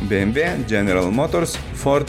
bmw general motors ford